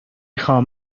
خوام